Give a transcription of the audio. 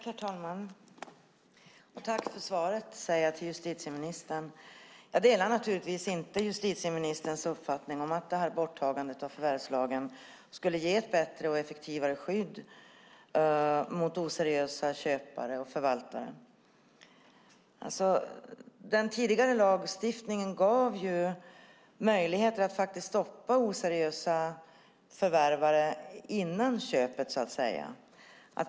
Herr talman! Tack för svaret, säger jag till justitieministern. Jag delar naturligtvis inte justitieministerns uppfattning om att borttagandet av förvärvslagen skulle ge ett bättre och effektivare skydd mot oseriösa köpare och förvaltare. Den tidigare lagstiftningen gav faktiskt möjligheter att stoppa oseriösa förvärvare före köpet, så att säga.